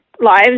lives